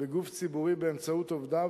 בגוף ציבורי באמצעות עובדיו,